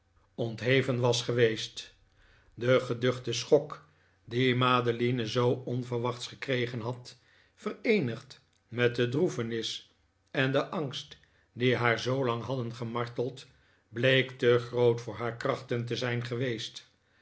ontheven was geweest de geduchte schok dien madeline zoo onverwachts gekregen had vereenigd met de droeferiis en den angst die haar zoolang hadden gemarteld bleek te groot voor haar krachten te zijn geweest